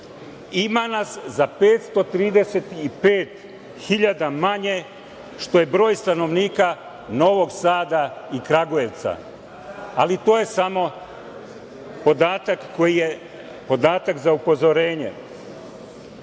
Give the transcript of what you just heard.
Ima nas za 535 hiljada manje, što je broj stanovnika Novog Sada i Kragujevca, ali to je samo podatak koji je, podatak za upozorenje. Što